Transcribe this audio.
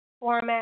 format